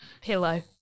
Pillow